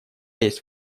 есть